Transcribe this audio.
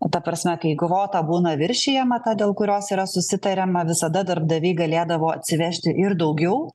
ta prasme kai kvota būna viršijama ta dėl kurios yra susitariama visada darbdaviai galėdavo atsivežti ir daugiau